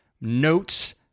notes